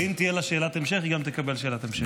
ואם תהיה לה שאלת המשך, היא תקבל גם שאלת המשך.